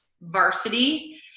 varsity